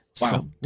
Wow